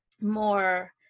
more